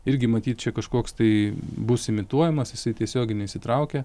irgi matyt čia kažkoks tai bus imituojamas jisai tiesiogiai neįsitraukia